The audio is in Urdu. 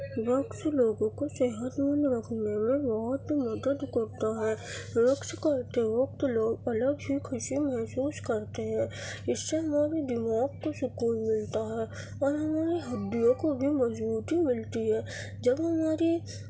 رقص لوگوں کو صحت مند رکھنے میں بہت مدد کرتا ہے رقص کرتے وقت لوگ الگ ہی خوشی محسوس کرتے ہیں اس سے ہمارے دماغ کو سکون ملتا ہے اور ہماری ہڈیوں کو بھی مضبوتی ملتی ہے جب ہماری